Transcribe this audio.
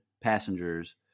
passengers